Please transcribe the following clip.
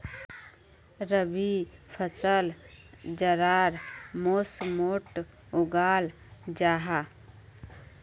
रबी फसल जाड़ार मौसमोट उगाल जाहा